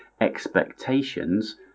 expectations